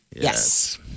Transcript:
Yes